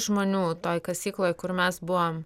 žmonių toj kasykloj kur mes buvom